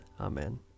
Amen